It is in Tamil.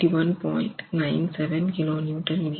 97 kNm